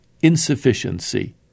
insufficiency